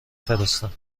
فرستم